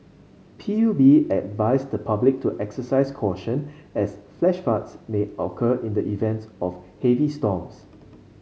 P U B advised the public to exercise caution as flash floods may occur in the events of heavy storms